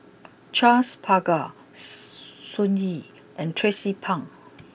Charles Paglar Sun Yee and Tracie Pang